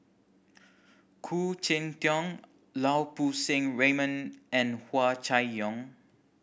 Khoo Cheng Tiong Lau Poo Seng Raymond and Hua Chai Yong